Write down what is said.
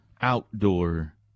outdoor